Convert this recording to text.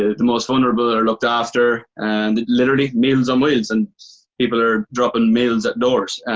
the most vulnerable are looked after and literally meals on wheels and people are droppin' meals at doors.